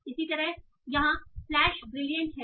इसी तरह यहां फ्लैश ब्रिलिएंट है